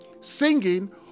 singing